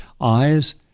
eyes